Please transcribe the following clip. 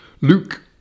Luke